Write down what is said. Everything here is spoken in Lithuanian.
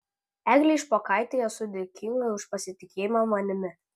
eglei špokaitei esu dėkinga už pasitikėjimą manimi